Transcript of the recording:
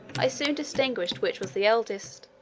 i soon distinguished which was the eldest,